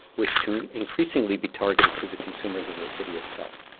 which can increasingly be targeted to the consumers of the city itself.